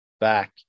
back